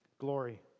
glory